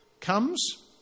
comes